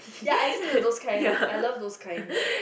ya I listen to those kinds I love those kinds